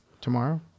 Tomorrow